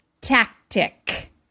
tactic